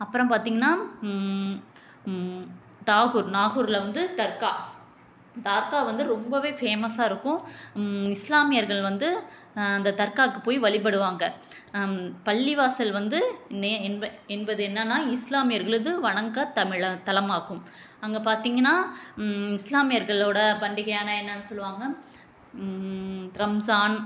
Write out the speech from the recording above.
அப்புறம் பார்த்திங்கனா தாகூர் நாகூரில் வந்து தர்கா தர்கா வந்து ரொம்பவே ஃபேமஸ்ஸாக இருக்கும் இஸ்லாமியர்கள் வந்து அந்த தர்காவுக்குப் போய் வழிபடுவாங்க பள்ளிவாசல் வந்து நே என்ப என்பது என்னன்னா இஸ்லாமியர்களது வணக்க தமிழ் தலமாகும் அங்கே பார்த்திங்கனா இஸ்லாமியர்களோடய பண்டிகையான என்னனு சொல்லுவாங்க ரம்ஜான்